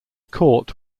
court